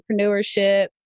entrepreneurship